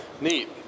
neat